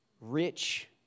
rich